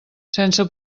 sense